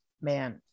Man